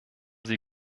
sie